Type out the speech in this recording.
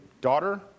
daughter